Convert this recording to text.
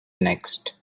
next